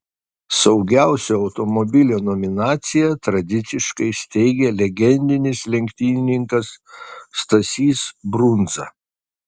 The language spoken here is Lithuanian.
saugiausio automobilio nominaciją tradiciškai steigia legendinis lenktynininkas stasys brundza